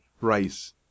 Rice